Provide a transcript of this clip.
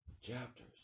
chapters